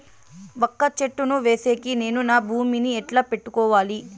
వక్క చెట్టును వేసేకి నేను నా భూమి ని ఎట్లా పెట్టుకోవాలి?